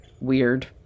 Weird